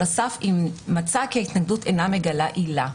הסף אם מצא כי ההתנגדות אינה מגלה עילה.